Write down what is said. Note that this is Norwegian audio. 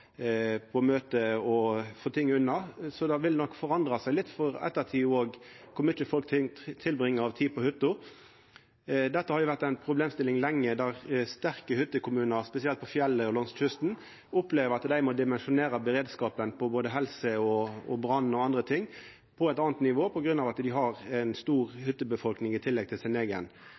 på møte og å få ting unna. Kor mykje tid folk tilbringar på hytta, vil nok endra seg litt for ettertida. Dette har lenge vore ei problemstilling. Sterke hyttekommunar, spesielt på fjellet og langs kysten, opplever at dei må dimensjonera beredskapen når det gjeld helse, brann og andre ting på eit anna nivå på grunn av at dei har ei stor hyttebefolkning i tillegg til